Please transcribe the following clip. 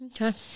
Okay